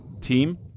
team